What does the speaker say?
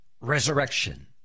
resurrection